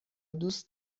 دوست